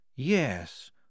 Yes